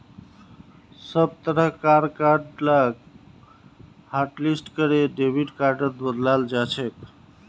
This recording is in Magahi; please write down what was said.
सब तरह कार कार्ड लाक हाटलिस्ट करे डेबिट कार्डत बदलाल जाछेक